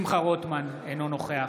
שמחה רוטמן, אינו נוכח